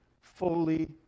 fully